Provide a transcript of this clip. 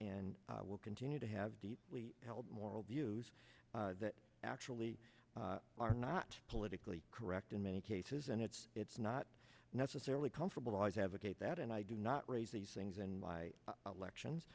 and will continue to have deeply held moral views that actually are not politically correct in many cases and it's it's not necessarily comfortable as advocate that and i do not raise these things in my lections